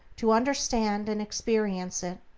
to understand and experience it,